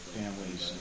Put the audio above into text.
families